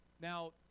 now